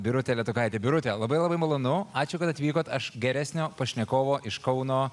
birutę letukaitę birute labai labai malonu ačiū kad atvykote aš geresnio pašnekovo iš kauno